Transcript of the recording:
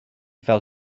fel